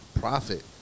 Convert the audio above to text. profit